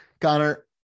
Connor